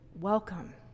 welcome